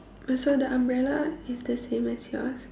oh so the umbrella is the same as yours